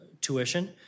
tuition